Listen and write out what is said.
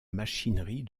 machinerie